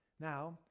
Now